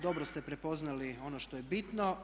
Dobro ste prepoznali ono što je bitno.